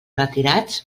retirats